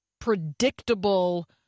predictable